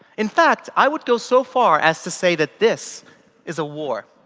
in fact, i would go so far as to say that this is a war.